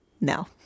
No